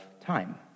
time